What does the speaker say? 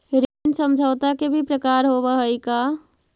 ऋण समझौता के भी प्रकार होवऽ हइ का?